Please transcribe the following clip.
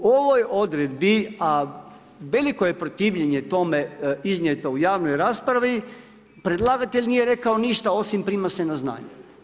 U ovoj odredbi, a veliko je protivljenje je tome iznijeto u javnoj raspravi, predlagatelj nije rekao ništa osim prima se na znanje.